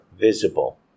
visible